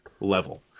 level